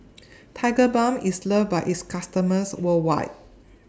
Tigerbalm IS loved By its customers worldwide